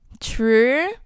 true